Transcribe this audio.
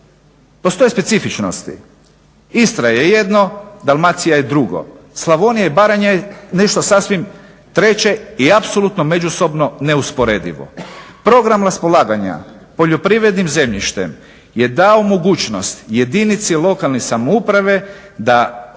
Postoje specifičnosti. Istra je jedno, Dalmacija je drugo, Slavonija i Baranja je nešto sasvim treće i apsolutno međusobno neusporedivo. Program raspolaganja poljoprivrednim zemljištem je dao mogućnost jedinici lokalne samouprave da točno